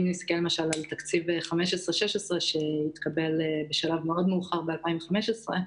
אם נסתכל על תקציב 2015/2016 שהתקבל בשלב מאוחר של 2015,